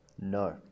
No